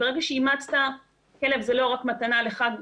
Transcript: ברגע שאימצת כלב זה לא רק מתנה לחג,